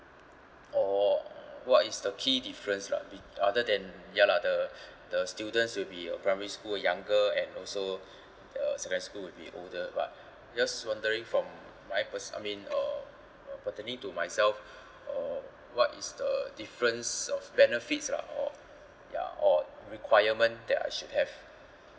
oh what is the key difference lah be~ other than ya lah the the students will be uh primary school younger and also the secondary school will be older but just wondering from my pers~ I mean uh pertaining to myself uh what is the difference of benefits lah or ya or requirement that I should have